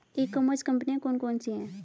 ई commerce कंपनियाँ कौन कौन सी हैं?